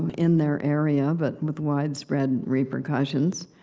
in their area, but with widespread repercussions.